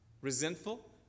resentful